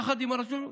יחד עם הרשות,